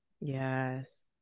yes